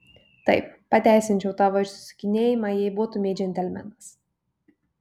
taip pateisinčiau tavo išsisukinėjimą jei būtumei džentelmenas